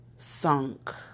sunk